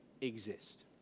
exist